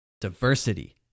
diversity